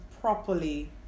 properly